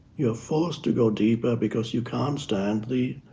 you're forced to go deeper because you can't stand the